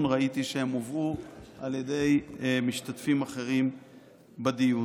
ראיתי שהם הובאו על ידי משתתפים אחרים בדיון.